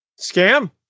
Scam